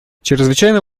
чрезвычайно